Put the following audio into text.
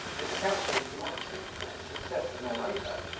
this accounts for his democracy, for his success as an orator,